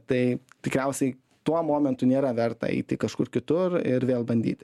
tai tikriausiai tuo momentu nėra verta eiti kažkur kitur ir vėl bandyti